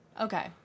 Okay